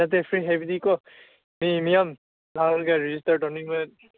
ꯅꯠꯇꯦ ꯐ꯭ꯔꯤ ꯍꯥꯏꯕꯗꯤꯀꯣ ꯃꯤ ꯃꯌꯥꯝ ꯂꯥꯛꯂꯒ ꯔꯦꯖꯤꯁꯇꯔ ꯇꯧꯅꯤꯡꯕ